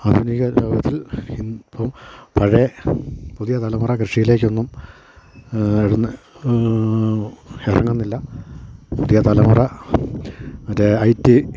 ആധുനിക ലോകത്തിൽ ഇപ്പോൾ പഴയ പുതിയ തലമുറ കൃഷീലേക്കൊന്നും എടന്ന് ഇറങ്ങുന്നില്ല പുതിയ തലമുറ മറ്റേ ഐ റ്റി